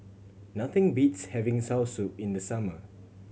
nothing beats having soursop in the summer